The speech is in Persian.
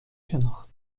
شناخت